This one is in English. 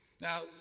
Now